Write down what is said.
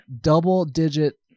double-digit